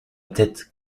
tête